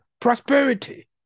prosperity